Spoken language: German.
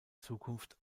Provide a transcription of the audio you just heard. zukunft